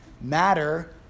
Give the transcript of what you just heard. Matter